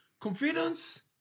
confidence